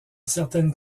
certaine